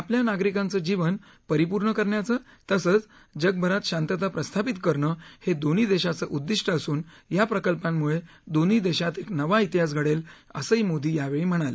आपल्या नागरिकांच जीवन परिपूर्ण करण्याच तसंच जगभरात शांतता प्रस्थापित करणं हे दोन्ही देशांचं उददिष्ट असून या प्रकल्पांमुळे दोन्ही देशात एक नवा इतिहास घडेल असंही मोदी यावेळी म्हणाले